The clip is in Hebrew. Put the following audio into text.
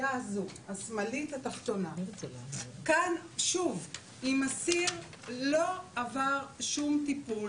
אבל אם יש לך אסיר שלא רוצה לעבור שיקום,